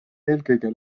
eelkõige